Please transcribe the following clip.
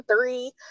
three